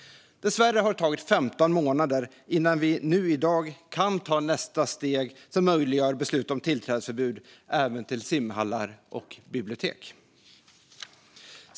Dessvärre har det tagit 15 månader innan vi nu i dag kan ta nästa steg, som möjliggör beslut om tillträdesförbud även till simhallar och bibliotek.